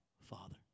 father